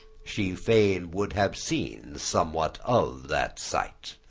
she fain would have seen somewhat of that sight.